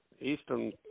Eastern